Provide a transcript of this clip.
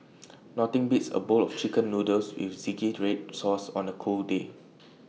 nothing beats A bowl of Chicken Noodles with Zingy Red Sauce on A cold day